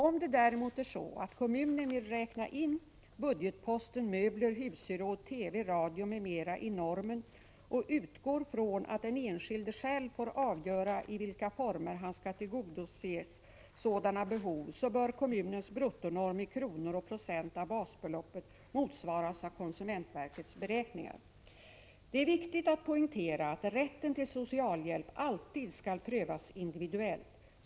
Om det däremot är så att kommunen vill räkna in budgetposten ”Möbler, husgeråd, TV, radio m.m.” i normen och utgår från att den enskilde själv får avgöra i vilka former han skall tillgodose sådana behov, bör kommunens bruttonorm i kronor och i procent av basbeloppet motsvaras av konsumentverkets beräkningar. Det är viktigt att poängtera att rätten till socialhjälp alltid skall prövas individuellt.